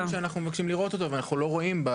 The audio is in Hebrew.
זה אחד הדברים שאנחנו מבקשים לראות אותו ואנחנו לא רואים.